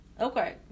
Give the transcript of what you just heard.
Okay